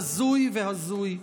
בזוי והזוי.